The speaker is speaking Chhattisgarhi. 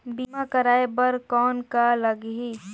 बीमा कराय बर कौन का लगही?